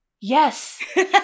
Yes